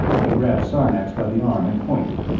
he grabbed sarnax by the arm and pointed.